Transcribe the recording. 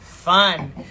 fun